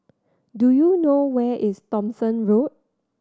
do you know where is Thomson Road